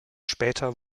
später